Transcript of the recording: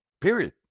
period